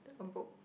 a book